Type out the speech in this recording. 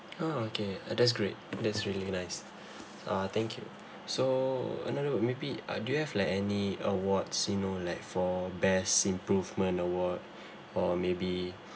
oh okay uh that's great that's really nice uh thank you so another maybe uh do you have like any awards you know like for best improvement award or maybe